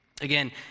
again